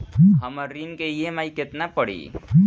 हमर ऋण के ई.एम.आई केतना पड़ी?